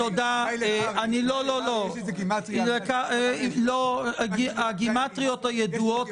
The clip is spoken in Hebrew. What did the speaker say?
אולי לקרעי יש גימטריה --- הגימטריות הידועות